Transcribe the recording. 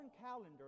calendar